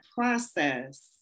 process